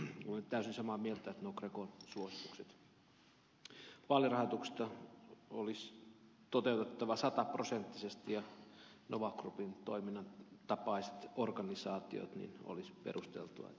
söderman puhui ja olen täysin samaa mieltä että nuo grecon suositukset vaalirahoituksesta olisi toteutettava sataprosenttisesti ja nova groupin tapaiset organisaatiot olisi perusteltua todeta laittomiksi